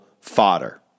fodder